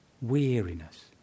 Weariness